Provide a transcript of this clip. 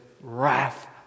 wrath